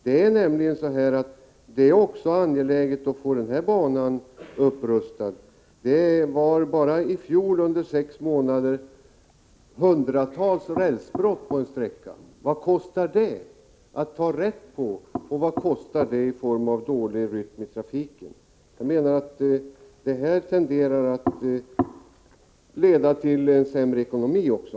Det är också viktigt att upprusta den bana som det här är fråga om. Under sex månader i fjol hade vi hundratals rälsbrott. Vad kostar det att ta rätt på och vad kostar det i form av dålig rytm i trafiken? Jag menar att det tenderar att leda till sämre ekonomi också.